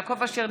יעקב אשר,